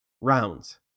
rounds